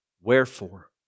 Wherefore